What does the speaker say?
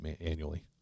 annually